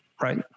right